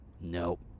Nope